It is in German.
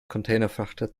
containerfrachter